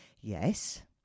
Yes